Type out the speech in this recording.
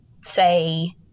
say